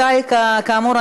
כאמור,